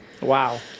Wow